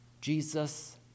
Jesus